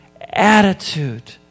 attitude